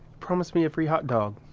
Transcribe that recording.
promised me a free hot dog.